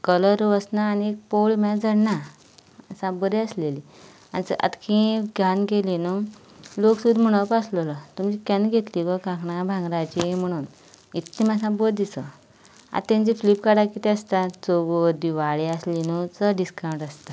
colour वचना आनी पोवळ्यो म्हणल्या झडना सा बरे आसलेली आतां खिय घालन गेली न्हू लोक सुद्दा म्हणप आसलेलो तुमची केन्ना घेतली गो कांकणां भांगराची म्हुणोन इतलें म्हणल्या सा बरी दीस आतां तेंचे फ्लिपकाटा किदें आसता चवथ दिवाळी आसली न्हय चड डिसकावंट आसता